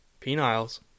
Peniles